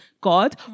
God